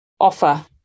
offer